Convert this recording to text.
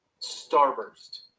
Starburst